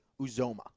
Uzoma